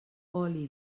oli